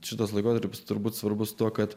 šitas laikotarpis turbūt svarbus tuo kad